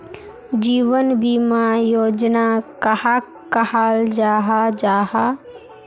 जीवन बीमा योजना कहाक कहाल जाहा जाहा?